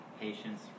Patience